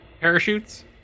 parachutes